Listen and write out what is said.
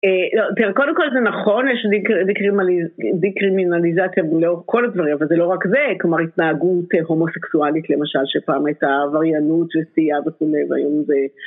קודם כל זה נכון, יש דיקרימינליזציה ולא כל הדברים, אבל זה לא רק זה, כלומר התנהגות הומוסקסואלית, למשל, שפעם הייתה עבריינות וסיעה וכו', והיום זה...